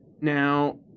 Now